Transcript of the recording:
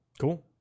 Cool